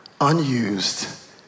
unused